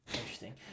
Interesting